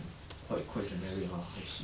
你喜欢就爽 liao